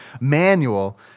manual